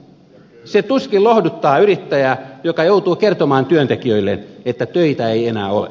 se tuskin lohduttaa yrittäjää joka joutuu kertomaan työntekijöilleen että töitä ei enää ole